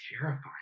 terrifying